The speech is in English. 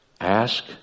Ask